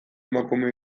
emakume